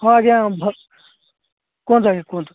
ହଁ ଆଜ୍ଞା ଭ କୁହନ୍ତୁ ଆଜ୍ଞା କୁହନ୍ତୁ